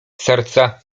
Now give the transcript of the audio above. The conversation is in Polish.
serca